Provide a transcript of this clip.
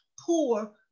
poor